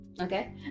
Okay